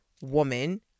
woman